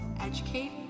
Educate